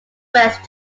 west